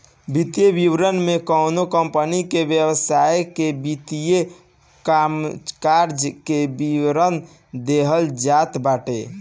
वित्तीय विवरण में कवनो कंपनी के व्यवसाय के वित्तीय कामकाज के विवरण देहल जात बाटे